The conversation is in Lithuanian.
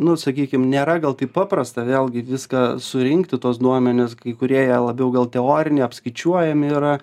nu sakykim nėra gal taip paprasta vėlgi viską surinkti tuos duomenis kai kurie ją labiau gal teorinį apskaičiuojami yra